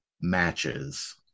matches